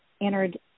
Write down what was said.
entered